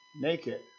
naked